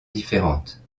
différentes